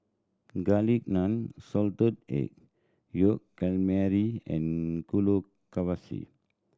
Garlic Naan Salted Egg Yolk Calamari and